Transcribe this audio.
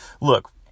Look